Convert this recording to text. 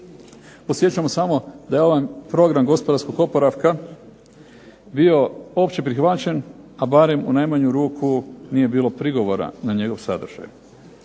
Podsjećamo samo da je ovaj Program gospodarskog oporavka bio opće prihvaćen, a barem u najmanju ruku nije bilo prigovora na njegov sadržaj.